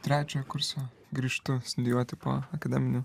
trečio kurso grįžtu studijuoti po akademinių